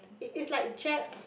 it it's like Jap